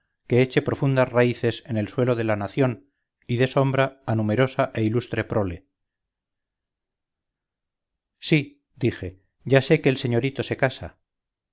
que eche profundas raíces en el suelo de la nación y dé sombra a numerosa e ilustre prole sí dije ya sé que el señorito se casa